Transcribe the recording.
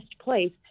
place